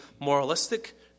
moralistic